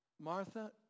Martha